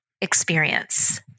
experience